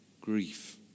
grief